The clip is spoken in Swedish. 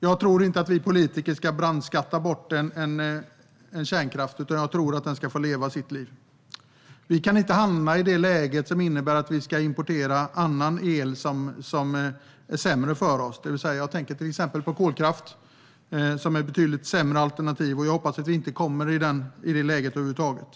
Jag tror inte att vi politiker ska brandskatta bort kärnkraften, utan jag tror att den ska få leva sitt liv. Vi kan inte hamna i ett läge som innebär att vi ska importera annan el som är sämre för oss. Jag tänker till exempel på kolkraft, som är ett betydligt sämre alternativ. Jag hoppas att vi inte kommer i det läget över huvud taget.